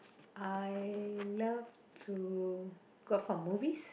I love to go out for movies